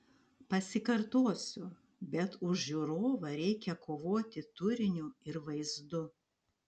pasikartosiu bet už žiūrovą reikia kovoti turiniu ir vaizdu